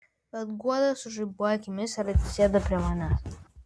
bet guoda sužaibuoja akimis ir atsisėda prie manęs